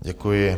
Děkuji.